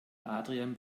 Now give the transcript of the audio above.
adrian